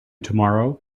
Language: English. tomorrow